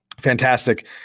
fantastic